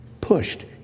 pushed